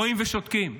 רואים ושותקים.